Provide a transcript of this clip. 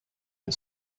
and